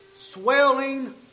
swelling